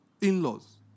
in-laws